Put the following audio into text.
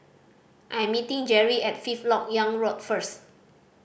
I'm meeting Jerrie at Fifth Lok Yang Road first